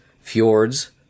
Fjords